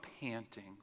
panting